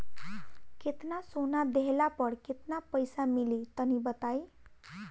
केतना सोना देहला पर केतना पईसा मिली तनि बताई?